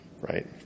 Right